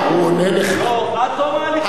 ילדים נעצרו עד תום ההליכים, תודה.